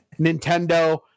Nintendo